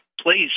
please